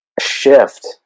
shift